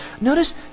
Notice